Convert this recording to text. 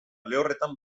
lehorretan